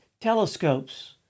telescopes